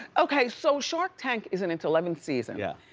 okay, so shark tank is in it's eleventh season. yeah.